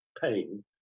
pain